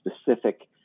specific